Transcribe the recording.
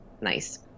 nice